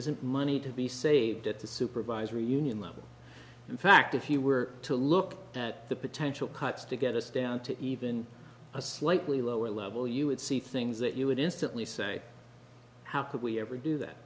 isn't money to be saved at the supervisory union level in fact if you were to look at the potential cuts to get us down to even a slightly lower level you would see things that you would instantly say how could we ever do that